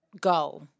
go